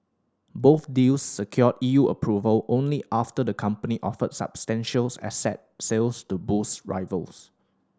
both deals secured E U approval only after the company offered substantial asset sales to boost rivals